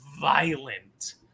violent